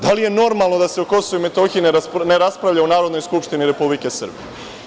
Da li je normalno da se o KiM ne raspravlja u Narodnoj skupštini Republike Srbije?